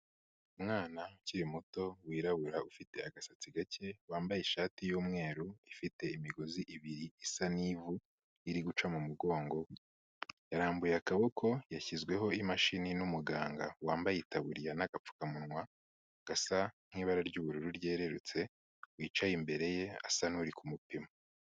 Umwana ukiri muto wirabura ufite agasatsi gake, wambaye ishati y'umweru ifite imigozi ibiri isa n'ivu iri guca mu mugongo, yarambuye akaboko yashyizweho imashini n'umuganga wambaye itaburiya n'agapfukamunwa gasa nk'ibara ry'ubururu ryerurutse wicaye imbere ye asa n'uri kumupima.